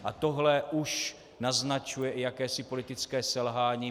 A tohle už naznačuje i jakési politické selhání.